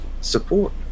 support